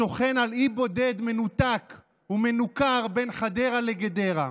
השוכן על אי בודד, מנותק ומנוכר, בין חדרה לגדרה.